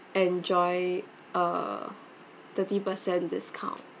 enjoy uh thirty percent discount